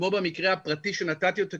כמו במקרה הפרטי שנתתי אותו כדוגמה,